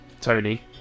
Tony